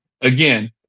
again